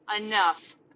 enough